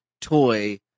toy